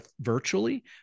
virtually